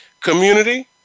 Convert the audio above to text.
community